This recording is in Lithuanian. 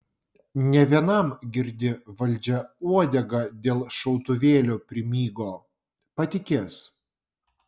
ne vienam girdi valdžia uodegą dėl šautuvėlio primygo patikės